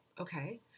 Okay